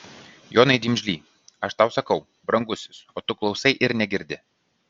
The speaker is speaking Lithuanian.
jonai dimžly aš tau sakau brangusis o tu klausai ir negirdi